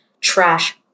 trash